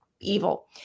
evil